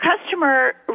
customer